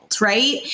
Right